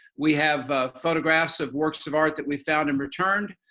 we have photographs of works of art that we found and returned,